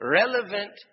relevant